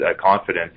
confidence